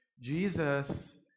Jesus